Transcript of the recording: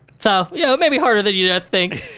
so, you know, maybe harder than you yeah think.